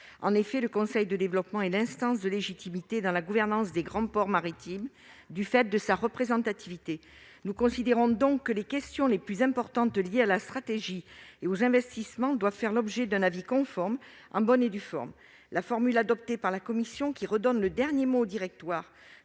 directoire. Le conseil de développement est en effet l'instance de légitimité dans la gouvernance des grands ports maritimes, du fait de sa représentativité. Nous considérons donc que les questions les plus importantes liées à la stratégie et aux investissements doivent faire l'objet d'un avis conforme en bonne et due forme. La formule adoptée par la commission, qui donne le dernier mot au directoire,